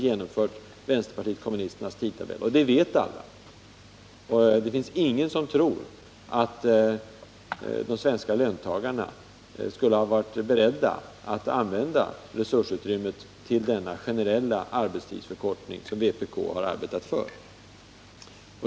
Det är väl ingen som tror att de svenska löntagarna skulle ha varit beredda att använda resursutrymmet till den generella arbetstidsförkortning som vpk har arbetat för.